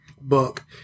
book